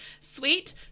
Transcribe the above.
sweet